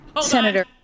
Senator